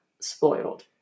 spoiled